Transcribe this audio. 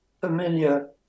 familiar